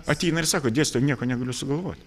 ateina ir sako dėstytojau nieko negaliu sugalvot